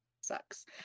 sucks